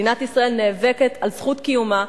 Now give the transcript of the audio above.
מדינת ישראל נאבקת על זכות קיומה.